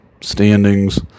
standings